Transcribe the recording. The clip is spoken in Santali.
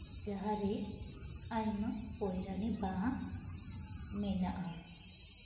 ᱡᱟᱦᱟᱸ ᱨᱮ ᱟᱭᱢᱟ ᱯᱚᱭᱨᱟᱱᱤ ᱵᱟᱦᱟ ᱢᱮᱱᱟᱜᱼᱟ